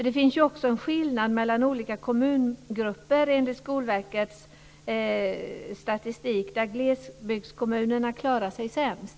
Det finns ju också en skillnad mellan olika kommungrupper, enligt Skolverkets statistik, där glesbygdskommuner klarar sig sämst.